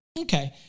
okay